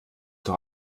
doch